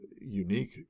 unique